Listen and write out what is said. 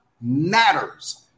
matters